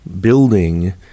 building